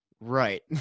Right